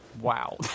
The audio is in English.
Wow